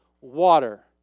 water